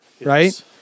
right